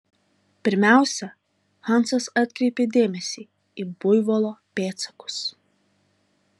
pirmiausia hansas atkreipė dėmesį į buivolo pėdsakus